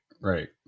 right